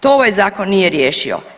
To ovaj zakon nije riješio.